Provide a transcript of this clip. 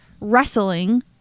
wrestling